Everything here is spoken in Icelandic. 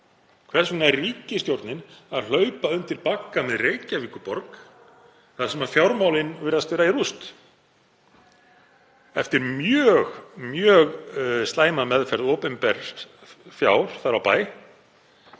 Hvers vegna er ríkisstjórnin að hlaupa undir bagga með Reykjavíkurborg þar sem fjármálin virðast vera í rúst eftir mjög slæma meðferð opinbers fjár þar á bæ?